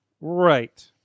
right